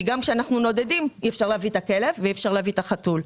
כי גם כשאנחנו נודדים אי-אפשר להביא את הכלב ואי-אפשר להביא את החתול.